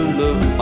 look